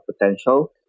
potential